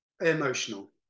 emotional